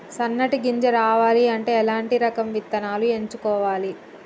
సన్నటి గింజ రావాలి అంటే ఎలాంటి రకం విత్తనాలు ఎంచుకోవాలి?